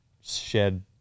shed